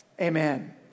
Amen